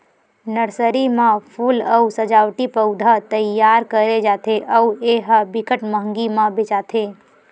nursery म फूल अउ सजावटी पउधा तइयार करे जाथे अउ ए ह बिकट मंहगी म बेचाथे